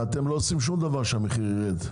ואתם לא עושים שום דבר על מנת שהמחיר ירד.